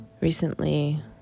Recently